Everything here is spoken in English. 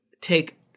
take